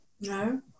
No